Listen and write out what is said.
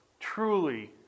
Truly